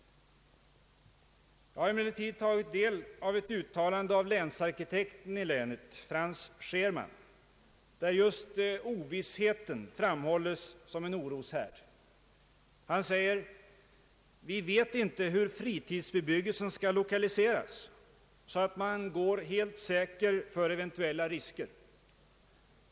Jag har också tagit del av ett uttalande av länsarkitekten Frans Scherman där just ovissheten framhålles som en oroshärd. Han säger: »Vi vet inte hur fritidsbebyggelsen skall lokaliseras så att man går helt säker för ev. risker.